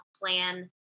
plan